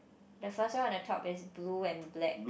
the first one I want to talk is blue and black